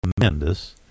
tremendous